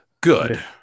good